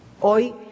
Hoy